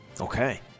Okay